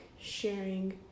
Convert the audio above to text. sharing